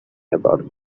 about